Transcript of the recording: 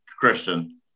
Christian